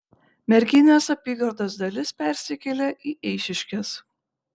merkinės apygardos dalis persikėlė į eišiškes